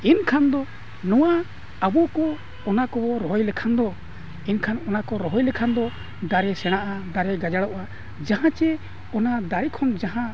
ᱮᱱᱠᱷᱟᱱ ᱫᱚ ᱱᱚᱣᱟ ᱟᱵᱚ ᱠᱚ ᱚᱱᱟ ᱠᱚᱵᱚᱱ ᱨᱚᱦᱚᱭ ᱞᱮᱠᱷᱟᱱ ᱫᱚ ᱮᱱᱠᱷᱟᱱ ᱚᱱᱟ ᱠᱚ ᱨᱚᱦᱚᱭ ᱞᱮᱠᱷᱟᱱ ᱫᱚ ᱫᱟᱨᱮ ᱥᱮᱬᱟᱜᱼᱟ ᱫᱟᱨᱮ ᱜᱟᱡᱟᱲᱚᱜᱼᱟ ᱡᱟᱦᱟᱸ ᱪᱮ ᱚᱱᱟ ᱫᱟᱨᱮ ᱠᱷᱚᱱ ᱡᱟᱦᱟᱸ